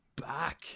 back